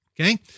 okay